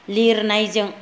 लिरनायजों